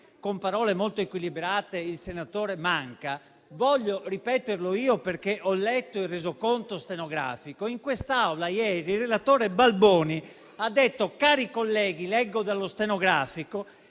con parole molto equilibrate, il senatore Manca e voglio ripeterlo io, perché ho letto il resoconto stenografico. In quest'Aula ieri il relatore Balboni ha detto (leggo dallo stenografico):